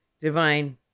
Divine